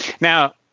Now